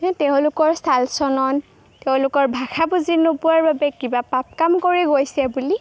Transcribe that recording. তেওঁলোকৰ চাল চলন তেওঁলোকৰ ভাষা বুজি নোপোৱাৰ বাবে কিবা পাপ কাম কৰি গৈছে বুলি